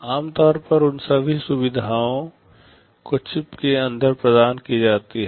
आमतौर पर उन सभी सुविधाओं को चिप के अंदर प्रदान की जाती हैं